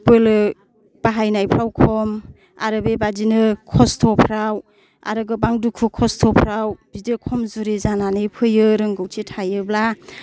बोलो बाहायनायफ्राव खम आरो बेबायदिनो खस्थ'फ्राव आरो गोबां दुखु खस्थ'फ्राव बिदि खमजुरि जानानै फैयो रोंगथि थायोब्ला